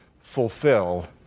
fulfill